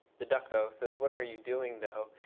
theduckthough says, what are you doing though?